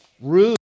rude